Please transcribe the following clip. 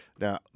Now